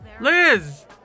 Liz